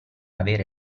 avere